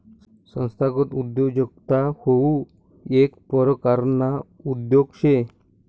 संस्थागत उद्योजकता हाऊ येक परकारना उद्योग शे